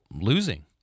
losing